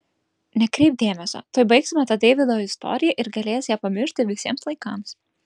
nekreipk dėmesio tuoj baigsime tą deivydo istoriją ir galės ją pamiršti visiems laikams